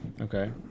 Okay